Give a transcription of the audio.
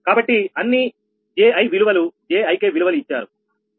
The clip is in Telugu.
కాబట్టి అన్నీ 𝑍i విలువలు 𝑍ik విలువలు ఇచ్చారు